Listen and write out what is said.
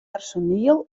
personiel